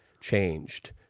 changed